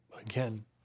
again